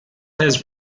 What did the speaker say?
has